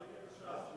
מה יהיה בש"ס?